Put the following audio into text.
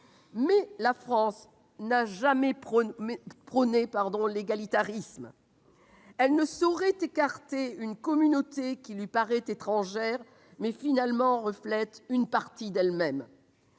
Mais la France n'a jamais prôné l'égalitarisme. Elle ne saurait écarter une communauté qui lui paraît étrangère, mais, finalement, reflète une partie d'elle-même.